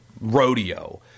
rodeo